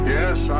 Yes